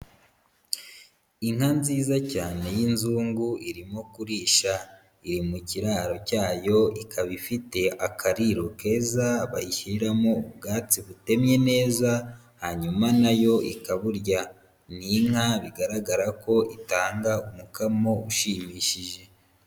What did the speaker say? Inka nziza cyane y'inzungu irimo kurisha, iri mu kiraro cyayo ikaba ifite akariro keza bayishyiriramo ubwatsi butemye neza hanyuma nayo ikaburya , ni inka bigaragara ko itanga umukamo ushimishije.